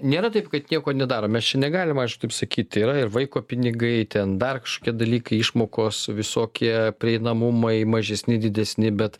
nėra taip kad nieko nedarom mes čia negalim aišku taip sakyti yra ir vaiko pinigai ten dar kažkokie dalykai išmokos visokie prieinamumai mažesni didesni bet